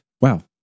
Wow